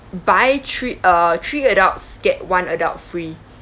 buy three uh three adults get one adult free